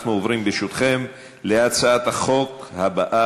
אנחנו עוברים להצעת החוק הבאה,